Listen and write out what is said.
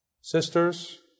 Sisters